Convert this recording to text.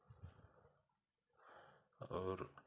और